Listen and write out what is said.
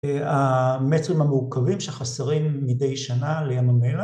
‫המטרים המעוקבים שחסרים ‫מדי שנה לים המלח...